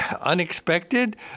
Unexpected